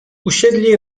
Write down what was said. usiedli